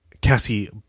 Cassie